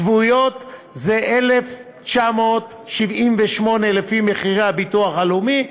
שבועיות זה 1,978 לפי מחירי הביטוח הלאומי,